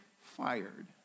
fired